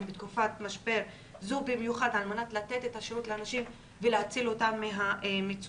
בתקופת משבר זו במיוחד על מנת לתת את השירות לאנשים ולהציל אותם מהמצוקות.